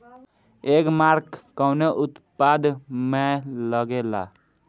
एगमार्क कवने उत्पाद मैं लगेला?